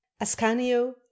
ascanio